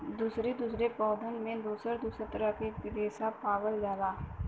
दुसरे दुसरे पौधन में दुसर दुसर तरह के रेसा पावल जाला